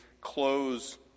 close